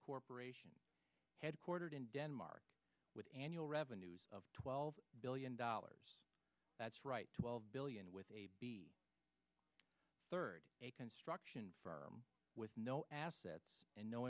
corporation headquartered in denver with annual revenues of twelve billion dollars that's right twelve billion with a b third a construction firm with no assets and no